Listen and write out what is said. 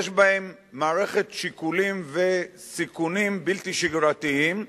יש בהם מערכת שיקולים וסיכונים בלתי שגרתיים,